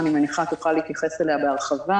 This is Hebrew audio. אני מניחה, תוכל להתייחס אליה בהרחבה